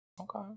Okay